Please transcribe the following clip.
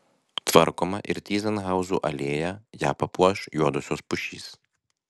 tvarkoma ir tyzenhauzų alėja ją papuoš juodosios pušys